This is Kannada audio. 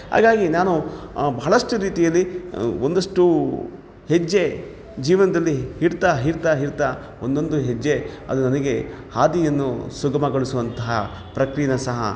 ಹಾಗಾಗಿ ನಾನು ಬಹಳಷ್ಟು ರೀತಿಯಲ್ಲಿ ಒಂದಷ್ಟು ಹೆಜ್ಜೆ ಜೀವನದಲ್ಲಿ ಇಡ್ತಾ ಇಡ್ತಾ ಇಡ್ತಾ ಒಂದೊಂದು ಹೆಜ್ಜೆ ಅದು ನನಗೆ ಹಾದಿಯನ್ನು ಸುಗಮಗೊಳಿಸುವಂತಹ ಪ್ರಕ್ರಿಯೆನ ಸಹ